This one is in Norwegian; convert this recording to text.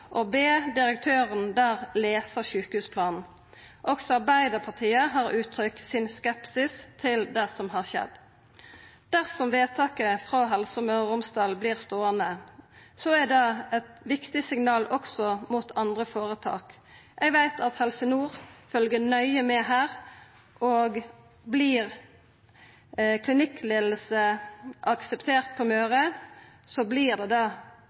be direktøren der lesa sjukehusplanen. Også Arbeidarpartiet har uttrykt sin skepsis til det som har skjedd. Dersom vedtaket frå Helse Møre og Romsdal vert ståande, er det eit viktig signal også til andre føretak. Eg veit at Helse Nord følgjer nøye med her, og vert klinikkleiing akseptert i Møre og Romsdal, så vert det